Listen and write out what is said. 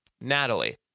Natalie